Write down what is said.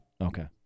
Okay